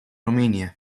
romania